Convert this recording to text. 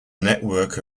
network